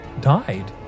died